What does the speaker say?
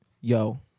Yo